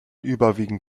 überwiegend